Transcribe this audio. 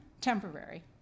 temporary